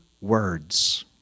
words